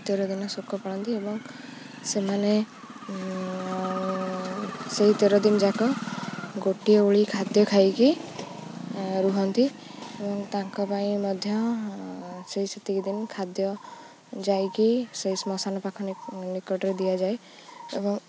ତେର ଦିନ ଶୋକ ପଳନ୍ତି ଏବଂ ସେମାନେ ସେଇ ତେର ଦିନ ଯାକ ଗୋଟିଏ ଓଳି ଖାଦ୍ୟ ଖାଇକି ରୁହନ୍ତି ଏବଂ ତାଙ୍କ ପାଇଁ ମଧ୍ୟ ସେଇ ସେତିକି ଦିନ ଖାଦ୍ୟ ଯାଇକି ସେଇ ଶ୍ମାଶନ ପାଖ ନିକଟରେ ଦିଆଯାଏ ଏବଂ